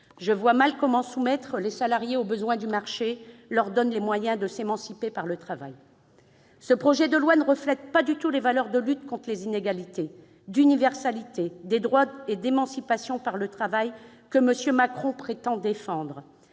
Je vois mal comment le fait de soumettre les salariés aux besoins du marché leur donne les moyens de s'émanciper par le travail. Ce projet de loi ne reflète pas du tout les valeurs de lutte contre les inégalités, d'universalité des droits et d'émancipation par le travail que M. Macron prétend défendre.